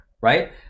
right